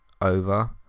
over